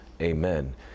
Amen